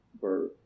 Bird